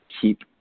keep